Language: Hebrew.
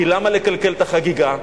כי למה לקלקל את החגיגה?